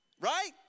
right